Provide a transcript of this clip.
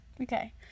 Okay